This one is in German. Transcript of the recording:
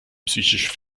psychisch